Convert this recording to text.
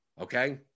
Okay